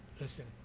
listen